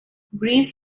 greaves